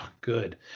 Good